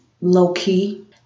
low-key